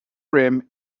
rim